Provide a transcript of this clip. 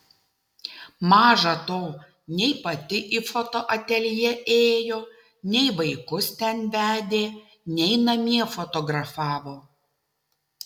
maža to nei pati į fotoateljė ėjo nei vaikus ten vedė nei namie fotografavo